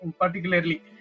particularly